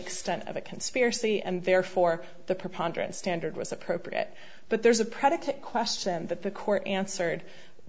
extent of a conspiracy and therefore the preponderance standard was appropriate but there's a predicate question that the court answered